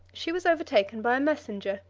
she was overtaken by a messenger,